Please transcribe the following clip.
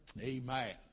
Amen